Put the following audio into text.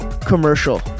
commercial